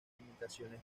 limitaciones